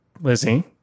Lizzie